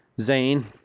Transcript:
zane